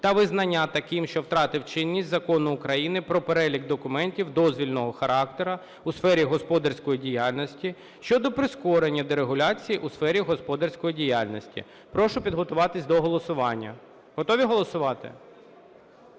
та визнання таким, що втратив чинність, Закону України "Про Перелік документів дозвільного характеру у сфері господарської діяльності" щодо прискорення дерегуляції у сфері господарської діяльності. Прошу підготуватися до голосування. Готові голосувати?